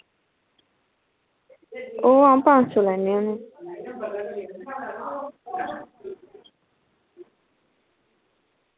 ओह् अं'ऊ पंज सौ लैन्नी होन्नी